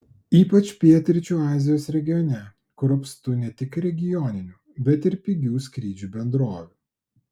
ypač pietryčių azijos regione kur apstu ne tik regioninių bet ir pigių skrydžių bendrovių